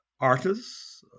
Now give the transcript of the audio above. artists